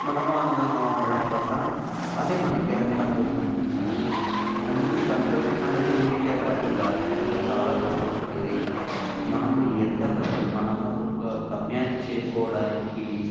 మనము ఆనందంగా ఉండటం వల్ల అది మనకి ఆ సంతోషాన్ని ఇస్తుంది మరియు సంతోషమనేది ఊరికే రాదు దాని వెనక చాలా కష్టం ఉంటుంది మనం ఎంత కష్ట మనము ఒక గమ్యాన్ని చేరుకోవడానికి